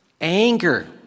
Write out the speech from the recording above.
Anger